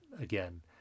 again